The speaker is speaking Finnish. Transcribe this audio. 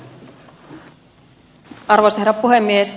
arvoisa herra puhemies